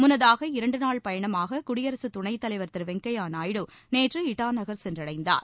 முன்னதாக இரண்டு நாள் பயணமாக குயடிசுத் துணைத் தலைவர் திரு வெங்கைய்யா நாயுடு நேற்று இடாநகர் சென்றடைந்தார்